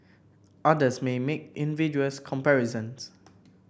others may make invidious comparisons